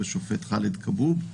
השופט חאלד כבוב,